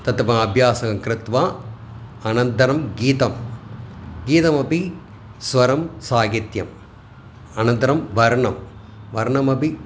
तत् म अभ्यासं कृत्वा अनन्तरं गीतं गीतमपि स्वरं साहित्यम् अनन्तरं वर्णं वर्णमपि